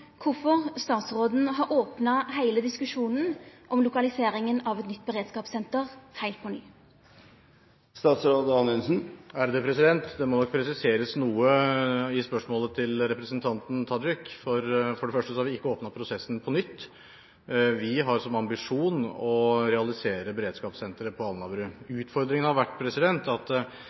statsråden har opna heile diskusjonen om lokaliseringa av eit nytt beredskapssenter på nytt. Det må nok presiseres noe i spørsmålet til representanten Tajik. For det første har vi ikke åpnet prosessen på nytt. Vi har som ambisjon å realisere beredskapssenteret på Alnabru. Utfordringen har vært at